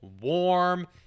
warm